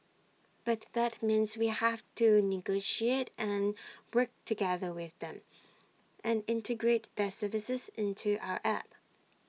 but that means we have to negotiate and work together with them and integrate their services into our app